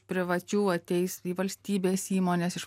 privačių ateis į valstybės įmones iš